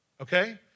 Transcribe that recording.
Okay